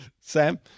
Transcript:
Sam